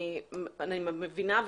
אני מבינה,